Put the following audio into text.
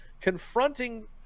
confronting –